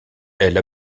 elle